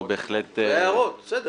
אנחנו בהחלט --- אלו הערות שקיבלנו.